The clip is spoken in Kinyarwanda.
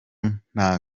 nta